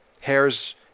Hairs